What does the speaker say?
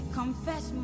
confess